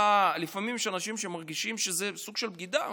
לפעמים יש אנשים שמרגישים שזה סוג של בגידה.